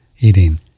eating